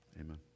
Amen